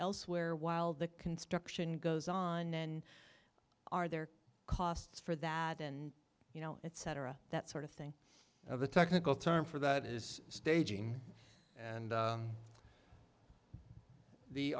elsewhere while the construction goes on and are there costs for that and you know it cetera that sort of thing of the technical term for that is staging and